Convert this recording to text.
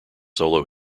solo